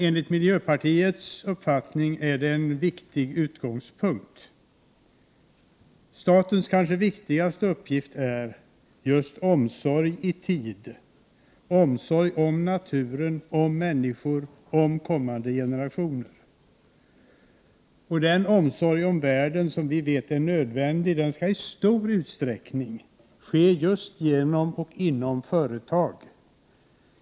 1988/89:126 enligt miljöpartiet är detta en viktig utgångspunkt. Statens kanske viktigaste 1 juni 1989 uppgift är att ha omsorg i tid, omsorg om naturen, om människor och om kommande generationer. Och den omsorg om världen som vi vet är nödvändig skall i stor utsträckning ske genom och inom företag.